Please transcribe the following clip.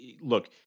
look